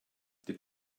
did